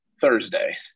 thursday